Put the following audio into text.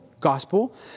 Gospel